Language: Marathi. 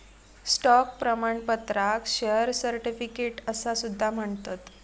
स्टॉक प्रमाणपत्राक शेअर सर्टिफिकेट असा सुद्धा म्हणतत